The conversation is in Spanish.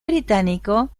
británico